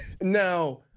Now